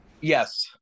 Yes